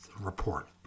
report